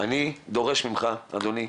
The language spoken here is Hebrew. אני דורש ממך אדוני,